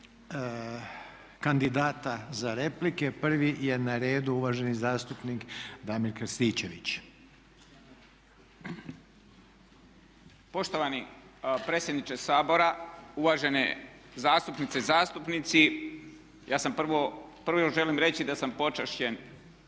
kandidata za replike. Prvi je na redu uvaženi zastupnik Damir Krstičević. **Krstičević, Damir (HDZ)** Poštovani predsjedniče Sabora, uvažene zastupnice i zastupnici. Prvo želim reći da sam počašćen